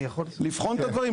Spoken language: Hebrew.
לבחון את הדברים.